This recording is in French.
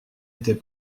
était